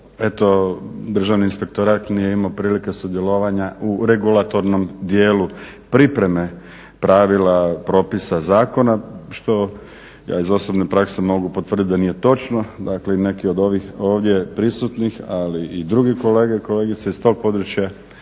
eto Državni inspektorat nije imao prilike sudjelovanja u regulatornom dijelu pripreme pravila, propisa zakona što ja iz osobne prakse mogu potvrditi da nije točno. Dakle, neki od ovih ovdje prisutnih ali i drugi kolege i kolegice iz tog područja